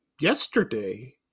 yesterday